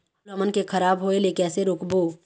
फूल हमन के खराब होए ले कैसे रोकबो?